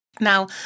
Now